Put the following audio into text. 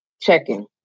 checking